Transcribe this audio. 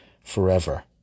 forever